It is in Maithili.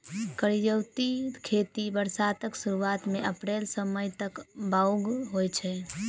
करियौती खेती बरसातक सुरुआत मे अप्रैल सँ मई तक बाउग होइ छै